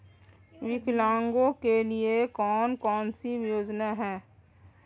विकलांगों के लिए कौन कौनसी योजना है?